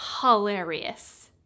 hilarious